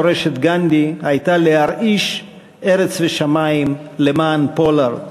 מורשת גנדי הייתה להרעיש ארץ ושמים למען פולארד,